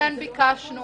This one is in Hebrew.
לכן ביקשנו